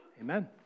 Amen